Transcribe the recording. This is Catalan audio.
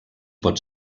pot